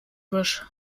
typisch